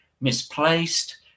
misplaced